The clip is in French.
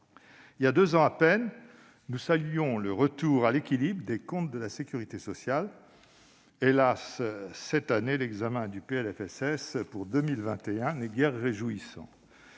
Il y a deux ans à peine, nous saluions le retour à l'équilibre des comptes de la sécurité sociale. Hélas, cette année, l'examen du PLFSS pour 2021 n'est guère réjouissant